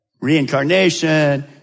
Reincarnation